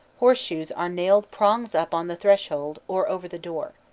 horseshoes are nailed prongs up on the threshold or over the door.